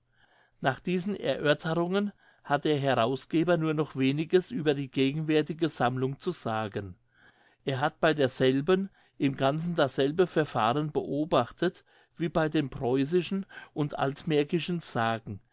nach diesen erörterungen hat der herausgeber nur noch weniges über die gegenwärtige sammlung zu sagen er hat bei derselben im ganzen dasselbe verfahren beobachtet wie bei den preußischen und altmärkischen sagen